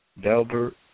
Delbert